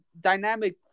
dynamic